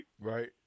Right